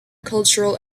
cultural